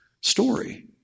story